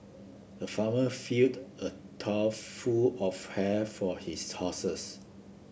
the farmer filled a trough full of hay for his horses